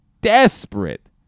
desperate